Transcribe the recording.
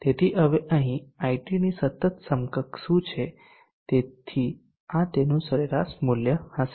તેથી હવે અહીં IT ની સતત સમકક્ષ શું છે તેથી આ તેનું સરેરાશ મૂલ્ય હશે